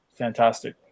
Fantastic